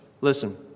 Listen